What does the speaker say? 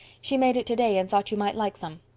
she made it today and thought you might like some.